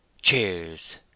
Cheers